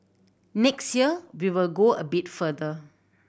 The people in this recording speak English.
next year we will go a bit further